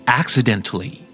accidentally